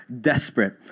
desperate